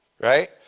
right